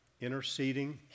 interceding